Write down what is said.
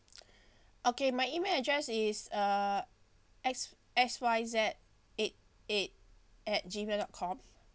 okay my email address is uh X X Y Z eight eight at Gmail dot com